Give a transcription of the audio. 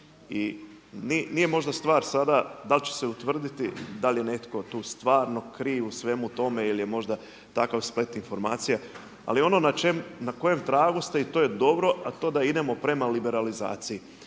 I nije možda stvar sada da li će se utvrditi, da li je netko tu stvarno kriv u svemu tome ili je možda takav splet informacija ali ono na kojem tragu ste i to je dobro a to da idemo prema liberalizaciji.